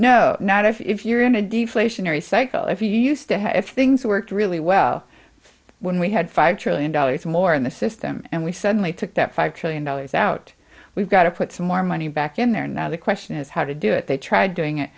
no not if you're in a deflationary cycle if you used to have if things worked really well when we had five trillion dollars more in the system and we suddenly took that five trillion dollars out we've got to put some more money back in there now the question is how to do it they tried doing it